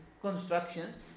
constructions